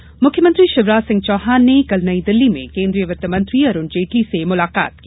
मुख्यमंत्री दिल्ली मुख्यमंत्री शिवराज सिंह चौहान ने कल नई दिल्ली में केन्द्रीय वित्त मंत्री अरुण जेटली से मुलाकात की